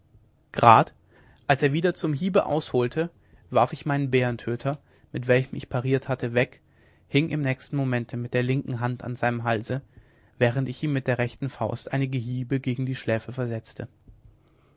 grad als er wieder zum hiebe ausholte warf ich meinen bärentöter mit welchem ich pariert hatte weg hing im nächsten momente mit der linken hand an seinem halse während ich ihm mit der rechten faust einige hiebe gegen die schläfe versetzte